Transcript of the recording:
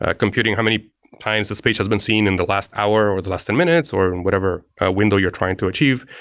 ah computing how many times this page has been see in the last hour or the last ten minutes or and whatever ah window you're trying to achieve.